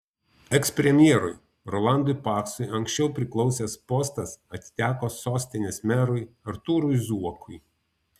ekspremjerui rolandui paksui anksčiau priklausęs postas atiteko sostinės merui artūrui zuokui